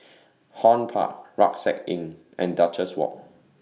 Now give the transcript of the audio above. Horne Park Rucksack Inn and Duchess Walk